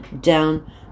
down